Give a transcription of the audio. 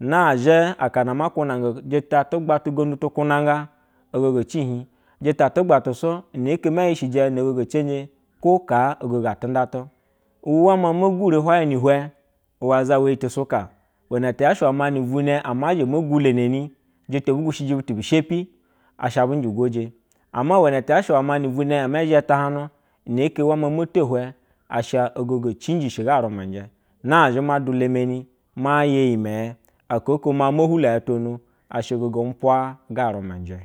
akana amanonga sita todita agbatu kunenga ogogo ecihi toja atua gbadu su ina ile me ishejɛ no ogo ecenjɛ ko kaa ogogo otunda tu uwama me gure uwaye nu hwe uzama usa yitu sukane te yashe we nivane mazha ame guleni tira eb geneji butu bi shepi, asha bu vije goje ama uwene ti yahse uwema ni vuine ama zhe tahan nu ina ke wa ma moto huse asha ogogo egcishi ga urumenje, na zhi ma dula meni maye yimeye aka ko ma hulo ya tono asha ogogo umpua garumenjɛ.